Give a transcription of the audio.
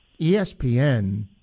ESPN